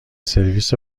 سرویس